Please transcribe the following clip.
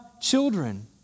children